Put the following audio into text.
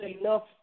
enough